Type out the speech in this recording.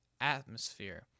atmosphere